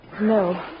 No